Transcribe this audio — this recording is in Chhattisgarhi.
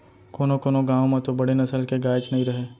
कोनों कोनों गॉँव म तो बड़े नसल के गायेच नइ रहय